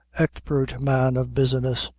expert man of business,